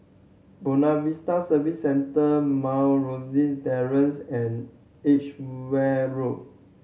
Buona Vista Service Centre Mount Rosie Terrace and Edgware Road